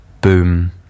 boom